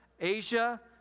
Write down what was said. Asia